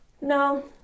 No